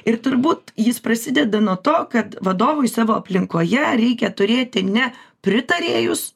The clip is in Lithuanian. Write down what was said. ir turbūt jis prasideda nuo to kad vadovui savo aplinkoje reikia turėti ne pritarėjus